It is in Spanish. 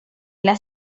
las